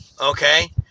okay